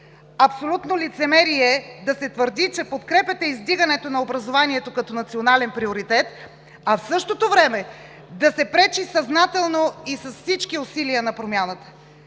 Абсолютно лицемерие е да се твърди, че подкрепяте издигането на образованието като национален приоритет, а в същото време да се пречи съзнателно и с всички усилия на промяната.